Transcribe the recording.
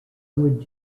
would